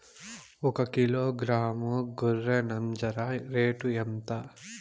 ఒకకిలో గ్రాము గొర్రె నంజర రేటు ఎంత?